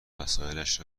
وسایلش